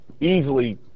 easily